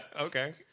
Okay